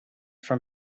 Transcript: from